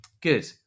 Good